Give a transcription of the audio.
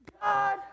God